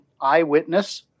eyewitness